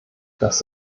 das